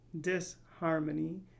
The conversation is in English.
disharmony